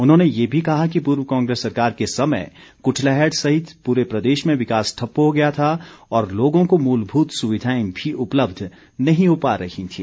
उन्होंने ये भी कहा कि पूर्व कांग्रेस सरकार के समय कुटलैहड सहित पूरे प्रदेश में विकास ठप्प हो गया था और लोगों को मूलभूत सुविधाएं भी उपलब्ध नहीं हो पा रही थीं